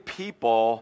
people